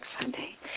Sunday